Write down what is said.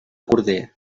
corder